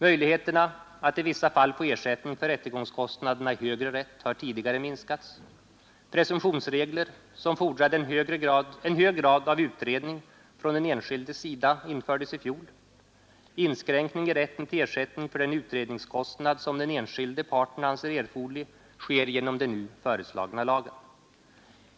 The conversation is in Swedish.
Möjligheterna att i vissa fall få ersättning för rättegångskostnaderna i högre rätt har tidigare minskats, presumtionsregler som fordrade en hög grad av utredning från den enskildes sida infördes i fjol, inskränkningar i rätten till ersättning för den utredningskostnad som den enskilde parten anser erforderlig sker genom den nu föreslagna lagen.